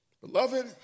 Beloved